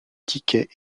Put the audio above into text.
tickets